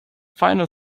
final